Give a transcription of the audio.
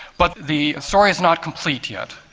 but the story is not complete yet,